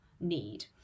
need